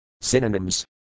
Synonyms